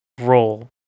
role